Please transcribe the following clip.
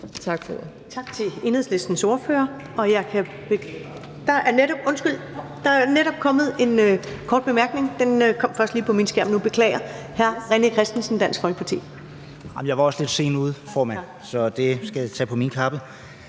Tak til Enhedslistens ordfører. Der er netop kommet en kort bemærkning. Den kom først op på min skærm nu – beklager. Hr. René Christensen, Dansk Folkeparti. Kl. 16:14 René Christensen (DF): Jeg var også lidt sent ude, formand, så det skal jeg tage på min kappe.